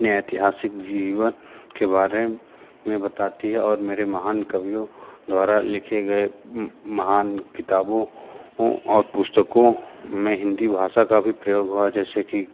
अपने ऐतिहासिक जीवन के बारे में बताती है और मेरे महान कवियों द्वारा लिखे गए महान किताबों और पुस्तकों में हिंदी भाषा का भी प्रयोग हुआ जैसे कि